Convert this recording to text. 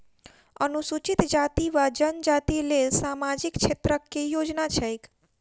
अनुसूचित जाति वा जनजाति लेल सामाजिक क्षेत्रक केँ योजना छैक?